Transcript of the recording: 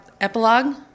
epilogue